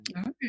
Okay